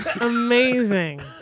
Amazing